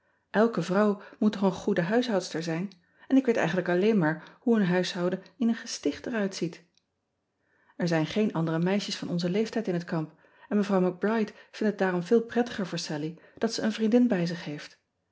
lke vrouw moet toch een goede huishoudster zijn en ik weet eigenlijk alleen maar hoe een huishouden in een gesticht er uitziet r zijn geen andere meisjes van onzen leeftijd in het kamp en evrouw c ride vindt het daarom veel prettiger voor allie dat ze een vriendin bij zich heeft